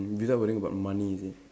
without worrying about money is it